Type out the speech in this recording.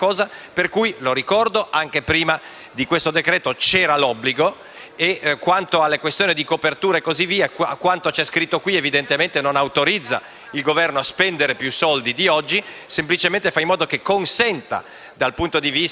più preciso in cui il Ministro si impegnava, con un decreto ministeriale, a dettagliare le modalità. Faccio presente che è importante la presenza del medico, che non è convertibile l'infermiere con il medico